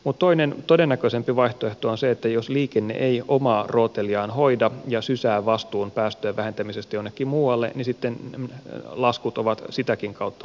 mutta toinen todennäköisempi vaihtoehto on se että jos liikenne ei omaa rooteliaan hoida ja sysää vastuun päästöjen vähentämisestä jonnekin muualle niin sitten laskut ovat sitäkin kautta suurempia